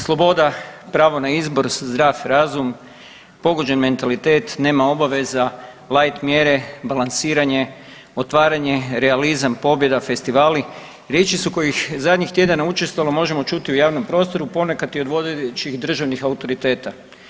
Sloboda, pravo na izbor, zdrav razum, pogođen mentalitet, nema obaveza, light mjere, balansiranje, otvaranje realizam, pobjeda, festivali riječi su kojih zadnjih tjedana učestalo možemo čuti u javnom prostoru ponekad i od vodećih državnih autoriteta.